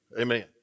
Amen